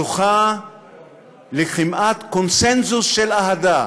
זוכה לכמעט קונסנזוס של אהדה,